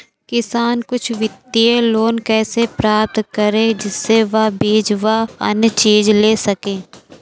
किसान कुछ वित्तीय लोन कैसे प्राप्त करें जिससे वह बीज व अन्य चीज ले सके?